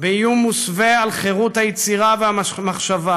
באיום מוסווה על חירות היצירה והמחשבה,